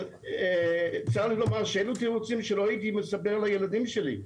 אבל צריך לומר שאלו תירוצים שלא הייתי מספר לילדים שלי.